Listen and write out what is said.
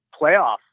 playoff